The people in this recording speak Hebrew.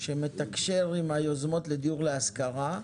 שמתקשר עם היוזמות לדיור להשכרה,